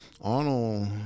Arnold